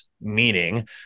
Meaning